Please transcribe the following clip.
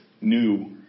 new